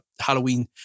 Halloween